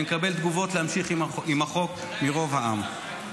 אני מקבל תגובות להמשיך עם החוק מרוב העם.